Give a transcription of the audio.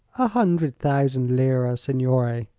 a hundred thousand lira, signore.